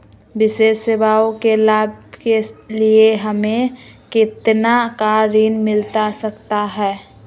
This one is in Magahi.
विशेष सेवाओं के लाभ के लिए हमें कितना का ऋण मिलता सकता है?